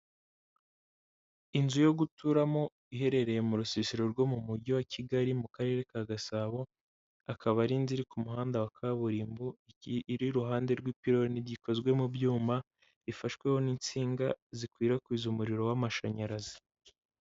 Inzu yo guturamo iherereye mu rusisiro rwo mu mujyi wa Kigali mu karere ka Gasabo akaba ari inzu iri ku muhanda wa kaburimbo iri iruhande rw'ipiloni ikozwe mu byuma ifashweho n'insinga zikwirakwiza umuriro w'amashanyarazi.